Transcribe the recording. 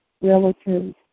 relatives